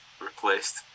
replaced